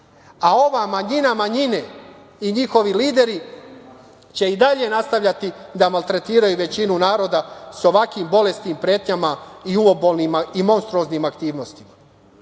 a ova manjina manjine i njihovi lideri će i dalje nastavljati da maltretiraju većinu naroda sa ovakvim bolesnim pretnjama i umobolnima i monstruoznim aktivnostima. Ali